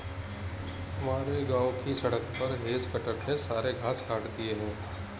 हमारे गांव की सड़क पर हेज कटर ने सारे घास काट दिए हैं